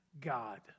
God